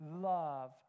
love